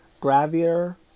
gravier